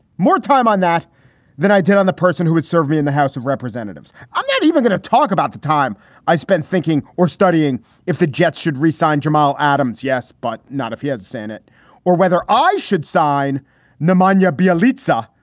more time on that than i did on the person who had served me in the house of representatives. i'm not even going to talk about the time i spent thinking or studying if the jets should resign. jamal adams. yes, but not if he had the senate or whether i should sign numaniyah bill. lisa,